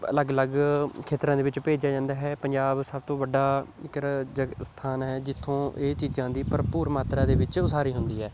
ਅਲੱਗ ਅਲੱਗ ਖੇਤਰਾਂ ਦੇ ਵਿੱਚ ਭੇਜਿਆ ਜਾਂਦਾ ਹੈ ਪੰਜਾਬ ਸਭ ਤੋਂ ਵੱਡਾ ਇੱਧਰ ਜ ਸਥਾਨ ਹੈ ਜਿੱਥੋਂ ਇਹ ਚੀਜ਼ਾਂ ਦੀ ਭਰਪੂਰ ਮਾਤਰਾ ਦੇ ਵਿੱਚ ਉਸਾਰੀ ਹੁੰਦੀ ਹੈ